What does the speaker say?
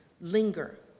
linger